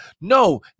no